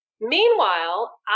Meanwhile